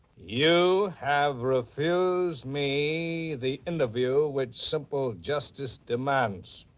you have refused me the interview. which simple justice demands.